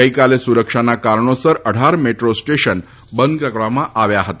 ગઇકાલે સુરક્ષાના કારણોસર અઢાર મેટ્રો સ્ટેશન બંધ કરવામાં આવ્યા હતા